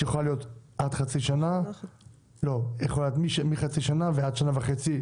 שהיא יכולה להיות מחצי שנה ועד שנה וחצי,